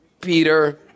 Peter